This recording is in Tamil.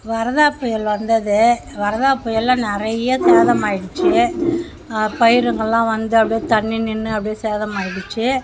வரதா புயல் வந்தது வரதா புயலில் நிறைய சேதம் ஆயிடுச்சு பயிறுங்கெல்லாம் வந்து அப்படியே தண்ணி நின்று அப்படியே சேதம் ஆயிடிச்சு